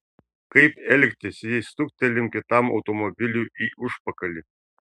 kaip elgtis jei stuktelim kitam automobiliui į užpakalį